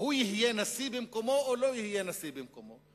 הוא יהיה נשיא במקומו או לא יהיה נשיא במקומו.